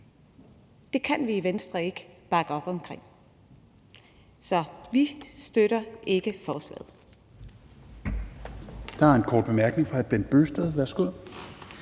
Det kan vi i Venstre ikke bakke op om. Så vi støtter ikke forslaget.